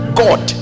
god